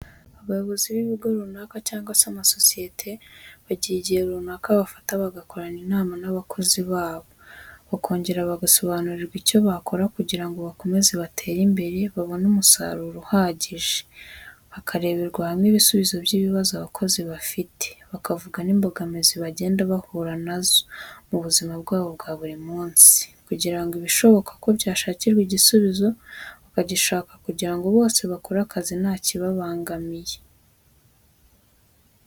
Abayobozi b'ibigo runaka cyangwa se amasosiyete bagira igihe runaka bafata bagakorana inama n'abakozi babo, bakongera bagasobanurirwa icyo bakora kugira ngo bakomeze batere imbere babone umusaruro uhagije, hakareberwa hamwe ibisubizo by'ibibazo abakozi bafite bakavuga n'imbogamizi bagenda bahura nazo mu buzima bwabo bwa buri munsi, kugira ngo ibishoboka ko byashakirwa igisubizo bakagishaka kugira ngo bose bakore akazi ntakibabangamiye.